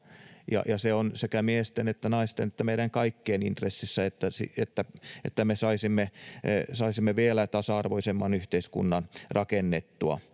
ja on sekä miesten että naisten että meidän kaikkien intressissä, että me saisimme vielä tasa-arvoisemman yhteiskunnan rakennettua.